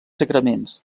sagraments